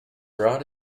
rod